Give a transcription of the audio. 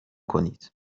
کنید